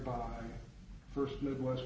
by first midwest